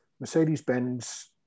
Mercedes-Benz